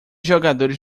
jogadores